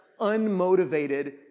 unmotivated